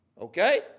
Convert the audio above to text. Okay